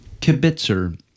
Kibitzer